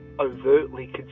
overtly